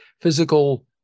physical